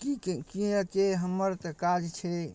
की किएकि हमर तऽ काज छै